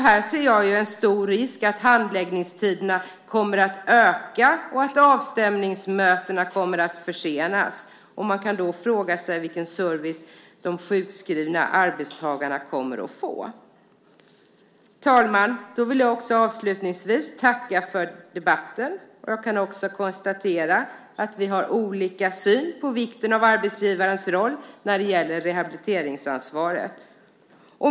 Jag ser en stor risk för att handläggningstiderna kommer att öka och att avstämningsmötena kommer att försenas. Man kan fråga sig vilken service de sjukskrivna arbetstagarna kommer att få. Fru talman! Jag vill avslutningsvis tacka för debatten. Jag kan konstatera att vi har olika syn på vikten av arbetsgivarens roll när det gäller rehabiliteringsansvaret.